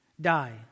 die